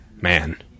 Man